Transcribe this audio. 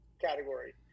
category